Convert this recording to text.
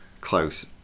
Close